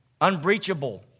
unbreachable